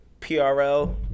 PRL